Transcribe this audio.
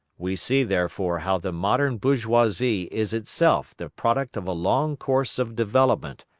we see, therefore, how the modern bourgeoisie is itself the product of a long course of development,